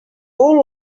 all